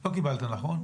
לא קיבלת, נכון?